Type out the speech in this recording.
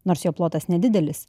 nors jo plotas nedidelis